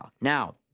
Now